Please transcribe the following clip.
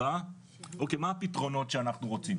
אוקיי, מה הפתרונות שאנחנו רוצים?